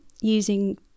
using